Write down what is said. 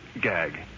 gag